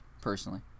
Personally